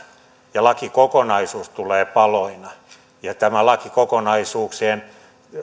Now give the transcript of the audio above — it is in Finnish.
ja lakikokonaisuus tulee paloina ja tämä lakikokonaisuuksien